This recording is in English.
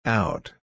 out